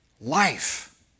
Life